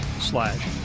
slash